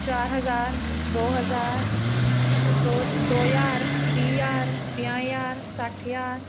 चार हजार दो हजार दो ज्हार त्रीह् ज्हार पंजाह् ज्हार सट्ठ ज्हार